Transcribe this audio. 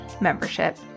membership